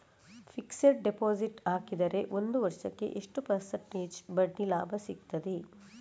Fixed deposit ಹಾಕಿದರೆ ಒಂದು ವರ್ಷಕ್ಕೆ ಎಷ್ಟು ಪರ್ಸೆಂಟೇಜ್ ಬಡ್ಡಿ ಲಾಭ ಸಿಕ್ತದೆ?